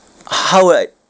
how would I